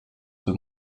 peut